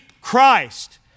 Christ